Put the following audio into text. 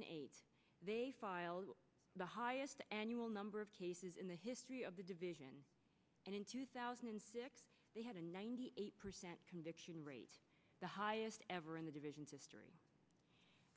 and eight filed the highest annual number of cases in the history of the division and in two thousand and six they had a ninety eight percent conviction rate the highest ever in the divisions history